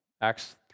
Acts